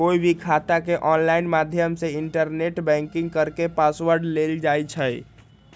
कोई भी खाता के ऑनलाइन माध्यम से इन्टरनेट बैंकिंग करके पासवर्ड लेल जाई छई